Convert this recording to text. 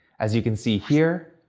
as you can see here,